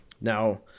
Now